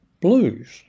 blues